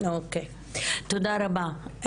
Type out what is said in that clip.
תודה רבה.